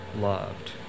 loved